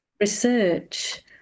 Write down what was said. Research